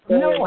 no